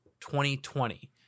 2020